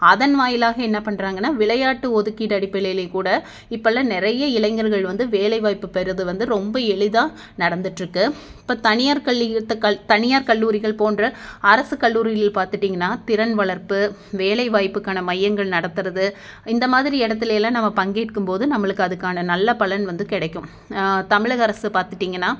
அதன் வாயிலாக என்ன பண்ணுறாங்கனா விளையாட்டு ஒதுக்கீட்டு அடிப்படையிலேக்கூட இப்போல்லாம் நிறைய இளைஞர்கள் வந்து வேலைவாய்ப்பு பெறுகிறது வந்து ரொம்ப எளிதாக நடந்துட்டுருக்கு இப்போ தனியார் கல்லி இத்த கல் தனியார் கல்லூரிகள் போன்ற அரசுக் கல்லூரியில் பார்த்திட்டிங்கனா திறன் வளர்ப்பு வேலைவாய்ப்புக்கான மையங்கள் நடத்துறது இந்த மாதிரி இடத்துல எல்லாம் நம்ம பங்கேற்கும் போது நம்மளுக்கு அதுக்கான நல்ல பலன் வந்து கிடைக்கும் தமிழக அரசு பார்த்திட்டிங்கனா